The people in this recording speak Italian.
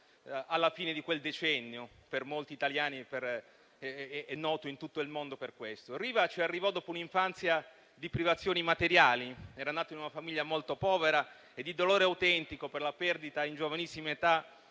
alla fine di quel decennio per molti italiani. Riva ci arrivò dopo un'infanzia di privazioni materiali; era nato in una famiglia molto povera e di dolore autentico per la perdita in giovanissima età